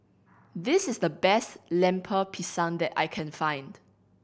this is the best Lemper Pisang that I can find